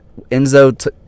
Enzo